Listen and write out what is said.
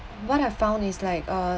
what I found is like uh